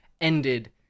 ended